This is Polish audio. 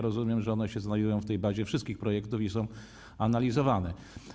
Rozumiem, że one się znajdują w tej bazie wszystkich projektów i są analizowane.